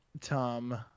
Tom